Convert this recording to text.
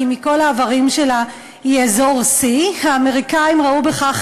כי מכל העברים שלה היא אזור C. האמריקנים ראו בכך